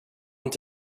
inte